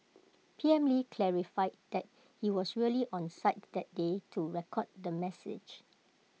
P M lee clarified that he was really on site that day to record the message